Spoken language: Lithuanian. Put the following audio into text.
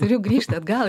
turiu grįžt atgal